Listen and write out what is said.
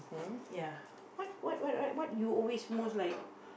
ya what what what what you always most like